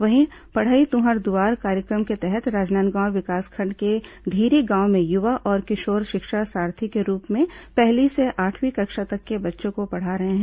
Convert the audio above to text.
वहीं पढ़ई तुंहर दुआर कार्यक्रम के तहत राजनांदगांव विकासखंड के धीरी गांव में युवा और किशोर शिक्षा सारथी के रूप में पहली से आठवीं कक्षा तक के बच्चों को पढ़ा रहे हैं